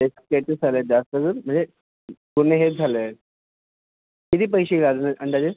स्के scratches आले आहेत जास्तकरून म्हणजे पूर्ण हेच झालं आहे किती पैसे लागेल अंदाजे